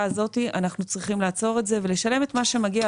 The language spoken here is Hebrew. הזאת אנחנו צריכים לעצור את זה ולשלם את מה שמגיע,